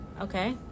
Okay